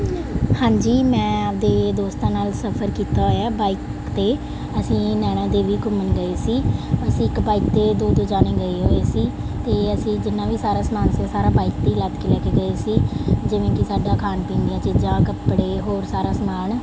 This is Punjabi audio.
ਹਾਂਜੀ ਮੈਂ ਆਪਦੇ ਦੋਸਤਾਂ ਨਾਲ ਸਫਰ ਕੀਤਾ ਹੋਇਆ ਹੈ ਬਾਈਕ 'ਤੇ ਅਸੀਂ ਨੈਣਾ ਦੇਵੀ ਘੁੰਮਣ ਗਏ ਸੀ ਅਸੀਂ ਇੱਕ ਬਾਈਕ 'ਤੇ ਦੋ ਦੋ ਜਣੇ ਗਏ ਹੋਏ ਸੀ ਅਤੇ ਅਸੀਂ ਜਿੰਨਾ ਵੀ ਸਾਰਾ ਸਮਾਨ ਸੀ ਸਾਰਾ ਬਾਈਕ 'ਤੇ ਹੀ ਲੱਦ ਕੇ ਲੈ ਕੇ ਗਏ ਸੀ ਜਿਵੇਂ ਕਿ ਸਾਡਾ ਖਾਣ ਪੀਣ ਦੀਆਂ ਚੀਜ਼ਾਂ ਕੱਪੜੇ ਹੋਰ ਸਾਰਾ ਸਮਾਨ